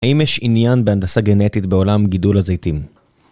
האם יש עניין בהנדסה גנטית בעולם גידול הזיתים?